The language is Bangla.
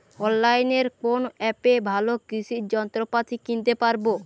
অনলাইনের কোন অ্যাপে ভালো কৃষির যন্ত্রপাতি কিনতে পারবো?